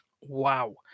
wow